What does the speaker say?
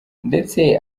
ndetse